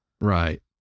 Right